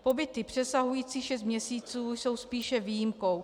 Pobyty přesahující šest měsíců jsou spíše výjimkou.